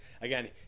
again